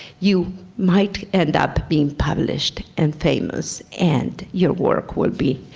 you might end up being published and famous and your work will be,